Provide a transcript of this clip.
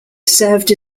served